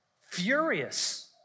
Furious